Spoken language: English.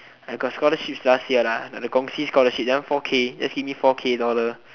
I got scholarship last year lah the Kong Si scholarship that one four k just give me four k dollar